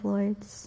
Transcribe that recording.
Lords